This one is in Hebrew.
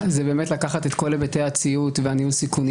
היא באמת לקחת את כל היבטי הציות וניהול הסיכונים